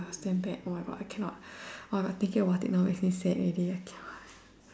was damn bad !wah! I cannot I was thinking about it now I feel sad already eh cannot